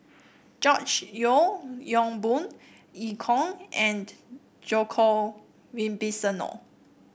George Yeo Yong Boon Eu Kong and Djoko Wibisono